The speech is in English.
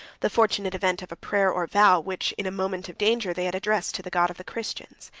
the fortunate event of a prayer, or vow, which, in a moment of danger, they had addressed to the god of the christians.